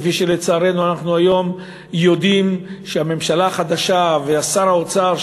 כפי שלצערנו אנחנו היום יודעים שהממשלה החדשה ושר האוצר,